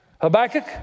Habakkuk